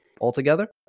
Altogether